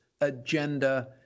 agenda